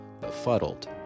befuddled